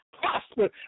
prosper